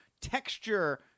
texture